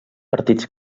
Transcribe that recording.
partits